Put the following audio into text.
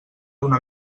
una